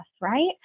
right